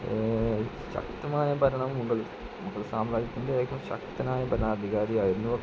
ശക്തമായ ഭരണം മുഗൾ സാമ്രാജ്യത്തിൻ്റെ ഏറ്റവും ശക്തനായ ഭരണാധികാരി ആയിരുന്നു അക്ബർ